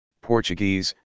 portuguese